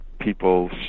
people